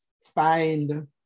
find